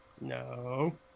No